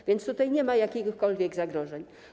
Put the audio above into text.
A więc tutaj nie ma jakichkolwiek zagrożeń.